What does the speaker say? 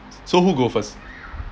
so who go first